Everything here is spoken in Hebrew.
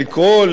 לקרוא,